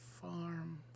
farm